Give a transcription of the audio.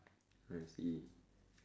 I see